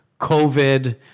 COVID